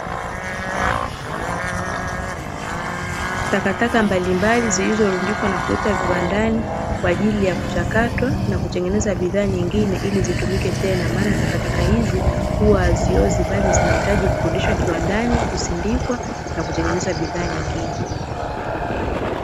Takataka mbalimbali zilizorundikwa na kuletwa viwandani, kwa ajili ya kuchakatwa na kutengeneza bidhaa nyingine, maana takataka hizi huwa haziozi, bali zinahitaji kurudishwa kiwandani, kusindikwa na kutengeneza bidhaa nyingine.